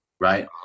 Right